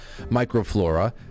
microflora